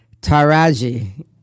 Taraji